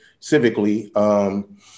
civically